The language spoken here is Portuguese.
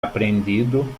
aprendido